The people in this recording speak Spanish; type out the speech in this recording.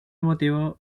motivo